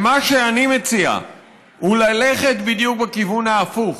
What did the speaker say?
מה שאני מציע הוא ללכת בדיוק בכיוון ההפוך: